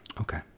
Okay